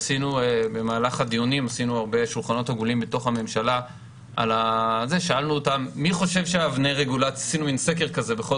במהלך הדיונים עשינו הרבה שולחנות עגולים בממשלה ועשינו סקר בכל